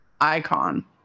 icon